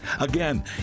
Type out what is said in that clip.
Again